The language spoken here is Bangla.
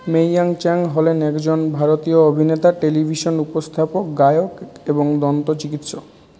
মেইয়াং চ্যাং হলেন একজন ভারতীয় অভিনেতা টেলিভিশন উপস্থাপক গায়ক এবং দন্ত চিকিৎসক